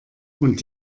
und